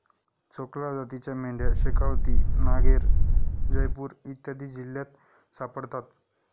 चोकला जातीच्या मेंढ्या शेखावती, नागैर, जयपूर इत्यादी जिल्ह्यांत सापडतात